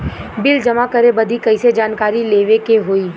Bill जमा करे बदी कैसे जानकारी लेवे के होई?